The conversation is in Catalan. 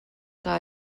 que